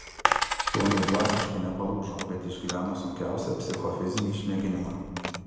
suomiai dvasiškai nepalūžo bet išgyveno sunkiausią psichofizinį išmėginimą